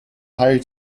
hired